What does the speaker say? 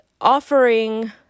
offering